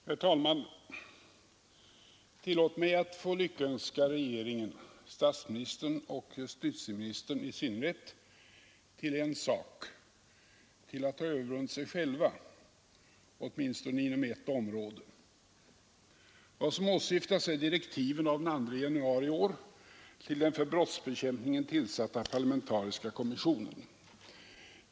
Herr talman! Tillåt mig att lyckönska regeringen — statsministern och justitieministern i synnerhet — till en sak, till att ha övervunnit sig själva, åtminstone inom ett område. Vad som åsyftas är direktiven av den 3 januari i år till den för brottsbekämpningen tillsatta parlamentariska kommissionen.